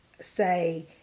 say